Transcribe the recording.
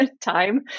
time